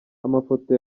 amafoto